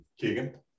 Keegan